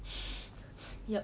yup